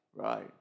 Right